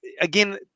again